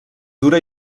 dura